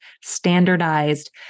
standardized